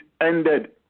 ended